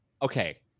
Okay